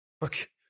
Look